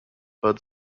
bud